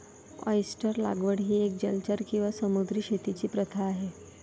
oyster लागवड ही एक जलचर किंवा समुद्री शेतीची प्रथा आहे